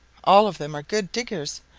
all of them are good diggers,